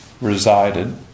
resided